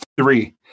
three